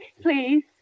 Please